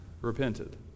repented